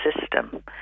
system